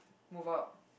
move out